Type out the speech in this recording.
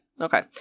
okay